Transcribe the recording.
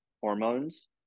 hormones